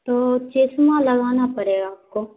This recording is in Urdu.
تو چشمہ لگانا پڑے گا آپ کو